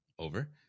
over